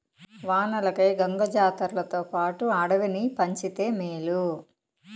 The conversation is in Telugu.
వానలకై గంగ జాతర్లతోపాటు అడవిని పంచితే మేలు